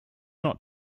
not